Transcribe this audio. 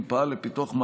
לפתור את